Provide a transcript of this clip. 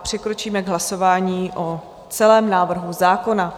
Přikročíme k hlasování o celém návrhu zákona.